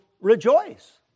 rejoice